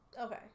Okay